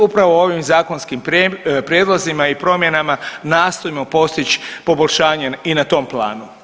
Upravo ovim zakonskim prijedlozima i promjenama nastojmo postić poboljšanje i na tom planu.